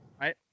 right